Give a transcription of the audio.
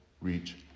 reach